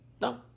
No